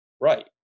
right